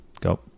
go